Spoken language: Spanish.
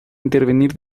intervenir